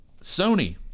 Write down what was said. Sony